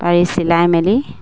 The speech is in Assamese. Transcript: পাৰি চিলাই মেলি